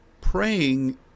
praying